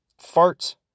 farts